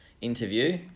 interview